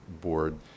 board